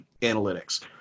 analytics